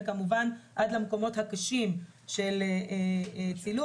וכמובן עד למקומות הקשים של צילום,